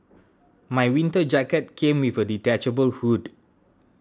my winter jacket came with a detachable hood